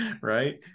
Right